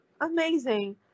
amazing